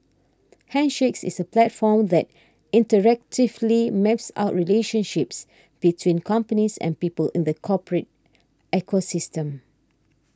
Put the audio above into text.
handshakes is a platform that interactively maps out relationships between companies and people in the corporate ecosystem